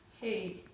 Hey